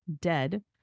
dead